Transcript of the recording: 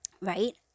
right